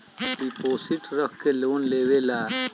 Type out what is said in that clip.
deposit रख के loan देवेला